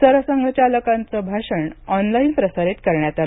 सरसंघचालकांचं भाषण ऑनलाईन प्रसारित करण्यात आलं